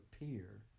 appear